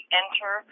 enter